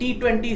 T20